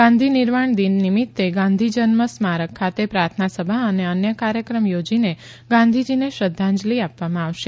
ગાંધી નિર્વાણ દિન નિમીતે ગાંધી જન્મ સ્મારક ખાતે પ્રાર્થના સભા અને અન્ય કાર્યક્રમ યોજીને ગાંધીજીને શ્રધ્ધાંજલી આપાવામાં આવશે